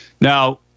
Now